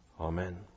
Amen